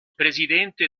presidente